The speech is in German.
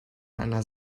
einer